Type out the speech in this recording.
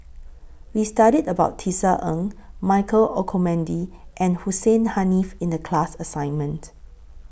We studied about Tisa Ng Michael Olcomendy and Hussein Haniff in The class assignment